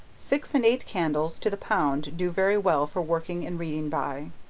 six and eight candles to the pound do very well for working and reading by,